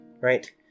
right